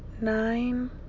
nine